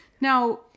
Now